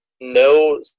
no